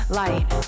light